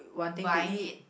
buying it